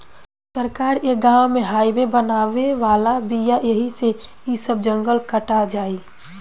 सरकार ए गाँव में हाइवे बनावे वाला बिया ऐही से इ सब जंगल कटा जाई